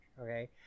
okay